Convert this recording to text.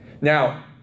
Now